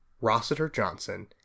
Rossiter-Johnson